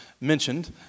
mentioned